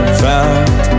found